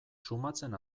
sumatzen